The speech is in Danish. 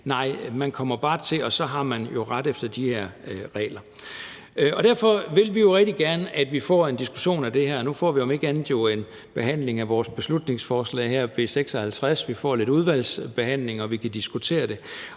Nej, man kommer bare hertil, og så har man jo en ret efter de her regler. Derfor vil vi jo rigtig gerne, at vi får en diskussion af det her. Nu får vi om ikke andet en behandling af vores beslutningsforslag her, B 56. Vi får lidt udvalgsbehandling, hvor vi kan diskutere det.